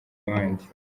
abandi